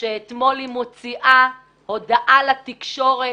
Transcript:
שאתמול היא מוציאה הודעה לתקשורת,